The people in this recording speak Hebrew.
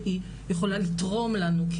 שהיא יכולה לתרום לנו?